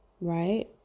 Right